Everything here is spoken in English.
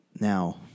Now